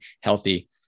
healthy